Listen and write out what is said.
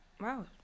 Wow